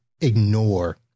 ignore